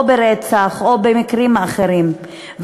או ברצח או במקרים אחרים,